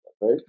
right